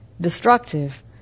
destructive